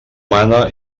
mana